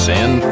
Sin